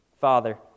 Father